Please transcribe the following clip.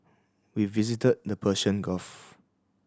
we visited the Persian Gulf